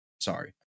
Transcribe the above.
sorry